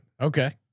Okay